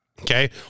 Okay